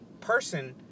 person